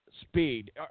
Speed